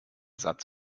satz